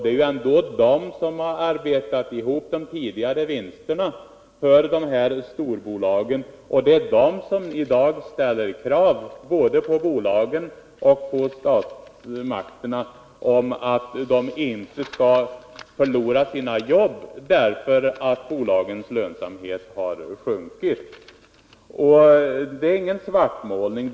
Det är ändå de som har arbetat ihop de tidigare vinsterna för de här storbolagen, och det är de som i dag ställt krav både på bolagen och på statsmakterna om att de inte skall behöva förlora sina jobb därför att bolagens lönsamhet har sjunkit. Detta är ingen svartmålning.